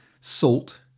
salt